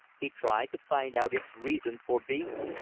he tried to find out its reason for being.